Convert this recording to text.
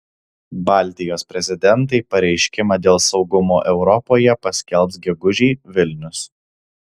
baltijos prezidentai pareiškimą dėl saugumo europoje paskelbs gegužį vilnius